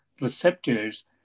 receptors